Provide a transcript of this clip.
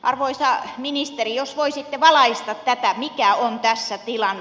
arvoisa ministeri jos voisitte valaista tätä mikä on tässä tilanne